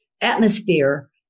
atmosphere